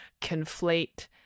conflate